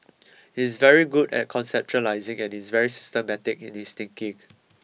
he's very good at conceptualising and is very systematic in his thinking